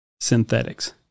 Synthetics